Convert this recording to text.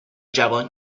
جوان